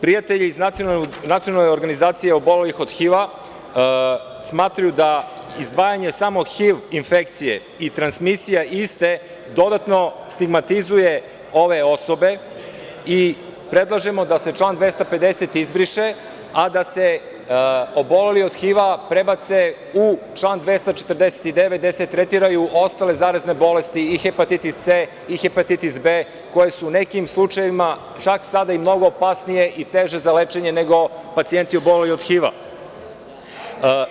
Prijatelji iz Nacionalne organizacije obolelih od HIV-a smatraju da izdvajanje samo HIV infekcije i transmisija iste dodatno stigmatizuje ove osobe i predlažemo da se član 250. izbriše, a da se oboleli od HIV-a prebace u član 249, gde se tretiraju ostale zarazne bolesti, i hepatitis C i hepatitis B, koje su nekim slučajevima mnogo opasnije i teže za lečenje nego pacijenti oboleli od HIV-a.